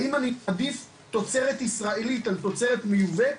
האם אני מעדיף תוצרת ישראלית על פני תוצרת מיובאת?